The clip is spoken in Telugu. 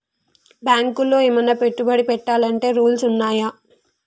బ్యాంకులో ఏమన్నా పెట్టుబడి పెట్టాలంటే రూల్స్ ఉన్నయా?